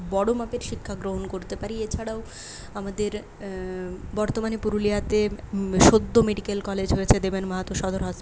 খুব বড়ো মাপের শিক্ষা গ্রহণ করতে পারি এছাড়াও আমাদের বর্তমানে পুরুলিয়াতে সদ্য মেডিকেল কলেজ হয়েছে দেবেন মাহাতো সদর হস